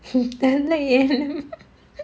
தெரிலயே:therilayae